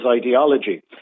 ideology